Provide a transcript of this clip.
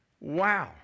wow